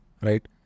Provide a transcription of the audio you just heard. Right